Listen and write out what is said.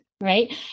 Right